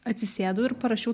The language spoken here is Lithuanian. atsisėdau ir parašiau